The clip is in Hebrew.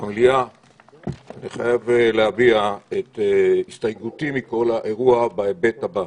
במליאה אני חייב להביע את הסתייגותי מכל האירוע בהיבט הבא.